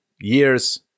years